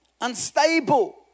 unstable